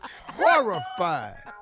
horrified